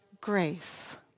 grace